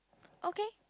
okay